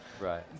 right